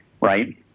Right